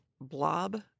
blob